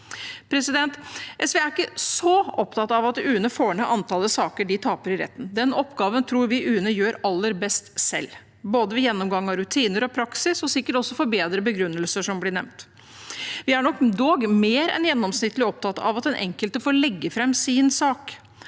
SV er ikke så opptatt av at UNE får ned antallet saker de taper i retten. Den oppgaven tror vi UNE gjør aller best selv, både ved gjennomgang av rutiner og praksis og sikkert også ved å forbedre begrunnelser, som ble nevnt. Vi er nok dog mer enn gjennomsnittlig opptatt av at den enkelte får legge fram sin sak,